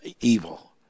evil